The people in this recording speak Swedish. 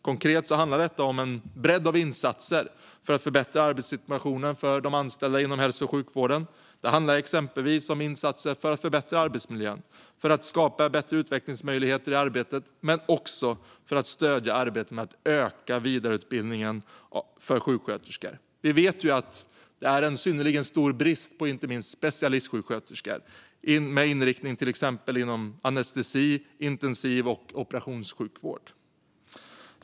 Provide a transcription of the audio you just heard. Konkret handlar detta om en bredd av insatser för att förbättra arbetssituationen för de anställda inom hälso och sjukvården. Det handlar exempelvis om insatser för att förbättra arbetsmiljön och skapa bättre utvecklingsmöjligheter i arbetet men också om att stödja arbetet för att öka vidareutbildningen för sjuksköterskor. Vi vet att det är synnerligen stor brist på inte minst specialistsjuksköterskor med inriktning på till exempel anestesi, intensiv och operationssjukvård.